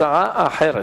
הצעה אחרת.